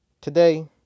Today